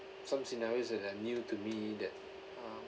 some scenarios that are new to me that um